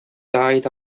died